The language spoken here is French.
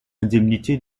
indemnité